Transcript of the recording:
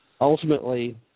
Ultimately